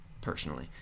Personally